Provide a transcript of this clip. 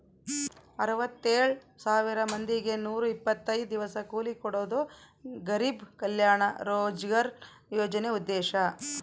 ಅರವತ್ತೆಳ್ ಸಾವಿರ ಮಂದಿಗೆ ನೂರ ಇಪ್ಪತ್ತೈದು ದಿವಸ ಕೂಲಿ ಕೊಡೋದು ಗರಿಬ್ ಕಲ್ಯಾಣ ರೋಜ್ಗರ್ ಯೋಜನೆ ಉದ್ದೇಶ